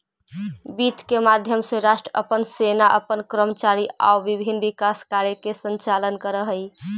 वित्त के माध्यम से राष्ट्र अपन सेना अपन कर्मचारी आउ विभिन्न विकास कार्य के संचालन करऽ हइ